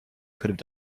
could